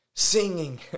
singing